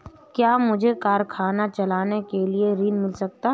क्या मुझे कारखाना चलाने के लिए ऋण मिल सकता है?